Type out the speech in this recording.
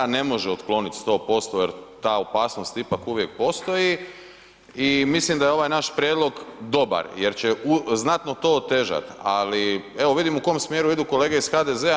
Ne može otkloniti 100% jer ta opasnost ipak uvijek postoji i mislim da je ovaj naš prijedlog dobar jer će znatno to otežati, ali evo vidimo u kom smjeru idu kolege iz HDZ-a.